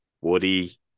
Woody